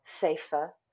safer